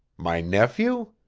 my nephew?